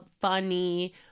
funny